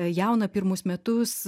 jauna pirmus metus